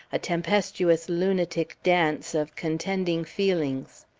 a tempestuous lunatic dance of contending feelings.